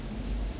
ya lor